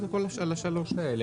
על השלוש האלה,